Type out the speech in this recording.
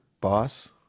boss